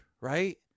right